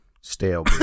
stale